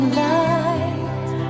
light